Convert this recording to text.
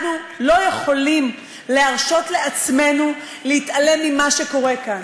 אנחנו לא יכולים להרשות לעצמנו להתעלם ממה שקורה כאן.